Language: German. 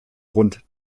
rund